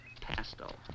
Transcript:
Pastel